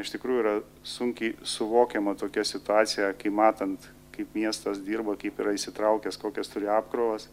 iš tikrųjų yra sunkiai suvokiama tokia situacija kai matant kaip miestas dirba kaip yra įsitraukęs kokias turi apkrovas